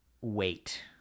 wait